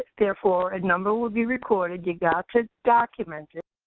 therefore, a number will be recorded you've got to document it.